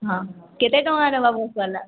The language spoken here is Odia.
ହଁ କେତେ ଟଙ୍କା ଏକା ବୁକ୍ କହିଲା